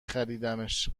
خریدمش